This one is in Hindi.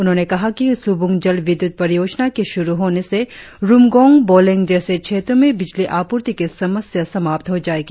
उन्होंने कहा सुबुंग जल विद्युत परियोजना के शुरु होने से रुमगोंग बोलेंग जैसे क्षेत्रों में बिजली आपूर्ति की समस्या समाप्त हो जाएगी